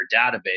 database